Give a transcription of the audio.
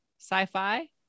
sci-fi